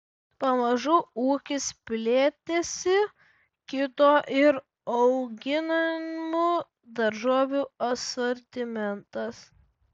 pamažu ūkis plėtėsi kito ir auginamų daržovių asortimentas